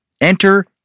Enter